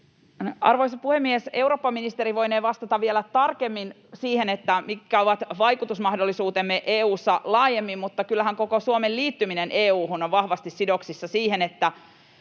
Arvoisa puhemies! Eurooppaministeri voinee vastata vielä tarkemmin siihen, mitkä ovat vaikutusmahdollisuutemme EU:ssa laajemmin, mutta kyllähän koko Suomen liittyminen EU:hun on vahvasti sidoksissa siihen, että